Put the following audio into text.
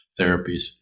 therapies